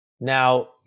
Now